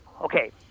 Okay